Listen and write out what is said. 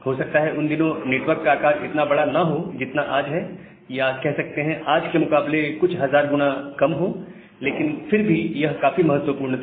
हो सकता है उन दिनों नेटवर्क का आकार इतना बड़ा ना हो जितना आज है या कह सकते हैं आज के मुकाबले कुछ हजार गुना कम हो लेकिन फिर भी यह काफी महत्वपूर्ण था